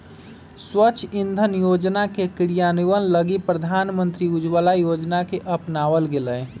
स्वच्छ इंधन योजना के क्रियान्वयन लगी प्रधानमंत्री उज्ज्वला योजना के अपनावल गैलय